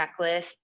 checklist